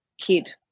kid